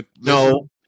No